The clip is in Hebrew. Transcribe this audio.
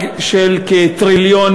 נתקבלה.